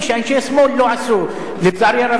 יש הטיפול בהשלמת הציוד לתוואי הקיים ושדרוגו,